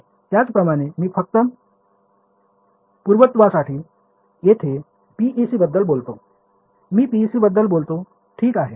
तर त्याचप्रमाणे मी फक्त पूर्णत्वासाठी जेथे PEC बद्दल बोलतो मी PEC याबद्दल बोलतो ठीक आहे